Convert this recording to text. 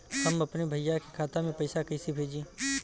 हम अपने भईया के खाता में पैसा कईसे भेजी?